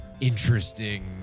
interesting